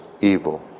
evil